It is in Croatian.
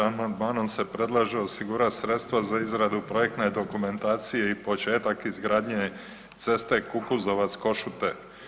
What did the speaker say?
Amandmanom se predlaže osigurati sredstva za izradu projektne dokumentacije i početak izgradnje ceste Kukuzovac – Košute.